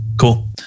Cool